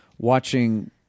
Watching